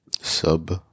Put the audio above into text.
Sub